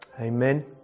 amen